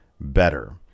better